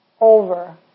over